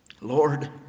Lord